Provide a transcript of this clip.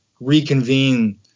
reconvene